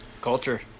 Culture